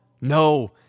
No